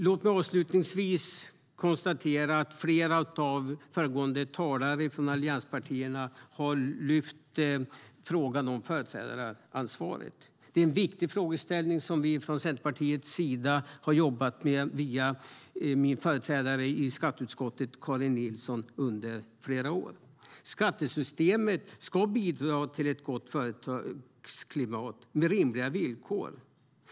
Flera av allianspartiernas talare har lyft upp frågan om företrädaransvaret. Det är en viktig fråga som min företrädare i skatteutskottet, Karin Nilsson, jobbade med i flera år. Skattesystemet ska bidra till ett gott företagsklimat med rimliga villkor.